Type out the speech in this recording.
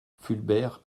fulbert